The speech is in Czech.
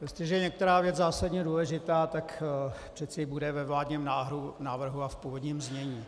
Jestliže je některá věc zásadně důležitá, tak přece bude ve vládním návrhu a v původním znění.